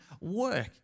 work